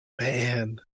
Man